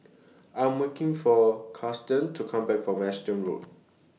I'm waking For Karson to Come Back from Anson Road